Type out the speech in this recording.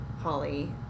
Holly